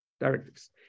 directives